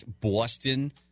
Boston